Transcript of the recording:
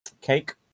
cake